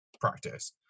practice